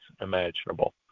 imaginable